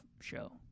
show